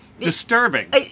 Disturbing